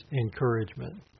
encouragement